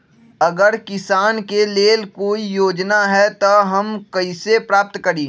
अगर किसान के लेल कोई योजना है त हम कईसे प्राप्त करी?